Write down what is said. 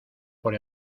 por